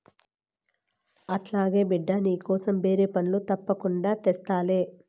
అట్లాగే బిడ్డా, నీకోసం బేరి పండ్లు తప్పకుండా తెస్తాలే